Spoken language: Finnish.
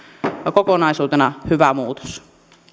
kokonaisuutena hyvä muutos